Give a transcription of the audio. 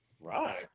Right